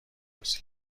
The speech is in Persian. درست